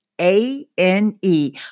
A-N-E